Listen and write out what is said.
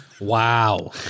Wow